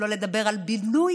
שלא לדבר על בילוי,